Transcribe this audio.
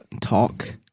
talk